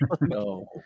no